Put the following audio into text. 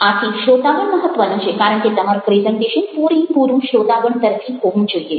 આથી શ્રોતાગણ મહત્ત્વનો છે કારણ કે તમારું પ્રેઝન્ટેશન પૂરેપૂરું શ્રોતાગણ તરફી હોવું જોઈએ